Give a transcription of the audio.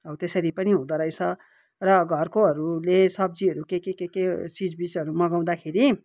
हो त्यसरी पनि हुँदो रहेछ र घरकोहरूले सब्जीहरू के के के के चिजबिजहरू मगाउँदाखेरि